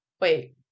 Wait